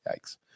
Yikes